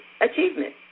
achievement